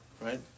right